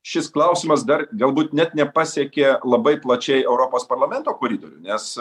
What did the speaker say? šis klausimas dar galbūt net nepasiekė labai plačiai europos parlamento koridorių nes